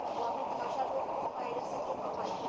গমের ধসা রোগ কোন ভাইরাস এর জন্য হয়?